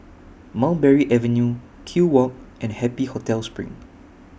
Mulberry Avenue Kew Walk and Happy Hotel SPRING